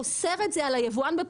הוא אוסר את זה,